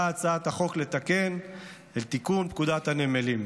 באה הצעת החוק לתקן בתיקון פקודת הנמלים.